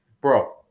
Bro